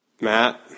Matt